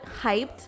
hyped